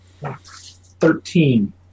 Thirteen